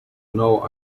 know